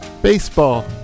Baseball